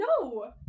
No